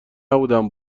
نبودم